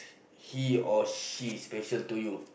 he or she special to you